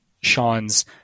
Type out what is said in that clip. Sean's